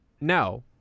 no